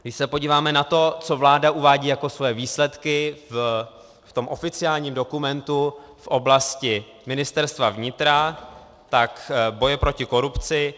Když se podíváme na to, co vláda uvádí jako svoje výsledky v tom oficiálním dokumentu v oblasti Ministerstva vnitra, boje proti korupci.